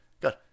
good